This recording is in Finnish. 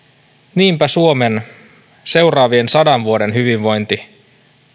niinpä suomen seuraavan sadan vuoden hyvinvointi